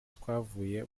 twavuye